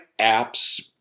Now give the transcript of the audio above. Apps